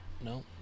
no